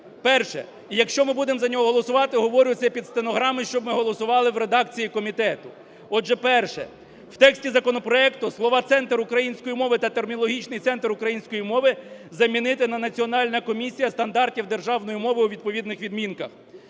Перше. І якщо ми будемо за нього голосувати, говорю це під стенограму, щоб ми голосували в редакції комітету. Отже, перше. В тексті законопроекту слова "Центр української мови" та "Термінологічний центр української мови" замінити на "Національна комісія стандартів державної мови" у відповідних відмінках.